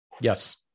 Yes